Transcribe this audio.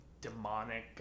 demonic